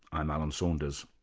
i'm alan saunders.